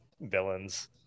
villains